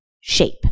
shape